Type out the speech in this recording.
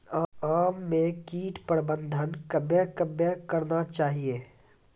आम मे कीट प्रबंधन कबे कबे करना चाहिए?